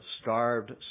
starved